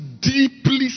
deeply